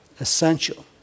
essential